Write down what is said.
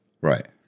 Right